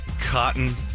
cotton